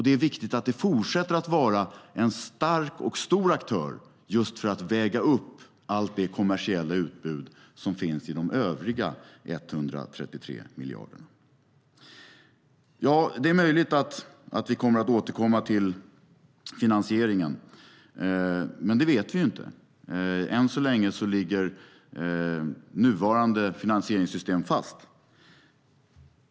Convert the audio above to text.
Det är viktigt att det fortsätter att vara en stark och stor aktör, just för att väga upp det kommersiella utbud som finns i de övriga 133 miljarderna. Ja, det är möjligt att vi kommer att återkomma till finansieringen, men det vet vi inte. Än så länge ligger nuvarande finansieringssystem fast.